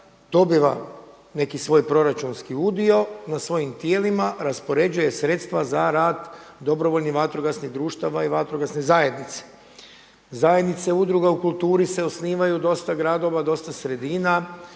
dobiva neki svoj proračunski udio na svojim tijelima, raspoređuje sredstva za rad dobrovoljnih vatrogasnih društava i vatrogasne zajednice. Zajednice udruga u kulturi se osnivaju, dosta gradova, dosta sredina,